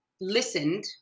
listened